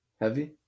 Heavy